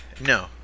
No